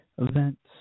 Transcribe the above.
Events